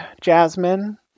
Jasmine